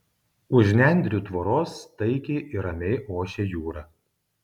už nendrių tvoros taikiai ir ramiai ošė jūra